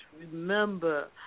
Remember